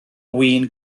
win